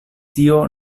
tio